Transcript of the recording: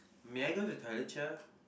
may I go to the toilet cher